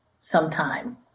sometime